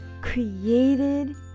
created